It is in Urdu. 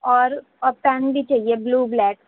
اور پین بھی چاہیے بلیو بلیک